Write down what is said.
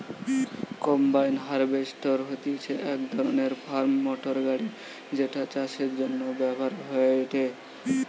combine harvester হতিছে এক ধরণের ফার্ম মোটর গাড়ি যেটা চাষের জন্য ব্যবহার হয়েটে